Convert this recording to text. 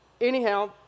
Anyhow